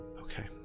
Okay